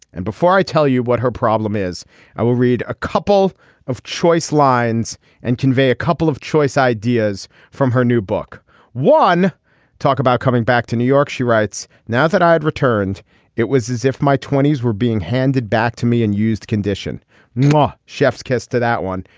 and before i tell you what her problem is i will read a couple of choice lines and convey a couple of choice ideas from her new book one talk about coming back to new york she writes now that i had returned it was as if my twenty s were being handed back to me in used condition more ah chefs cast to that one.